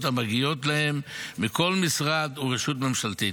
המגיעות להם מכל משרד ורשות ממשלתית.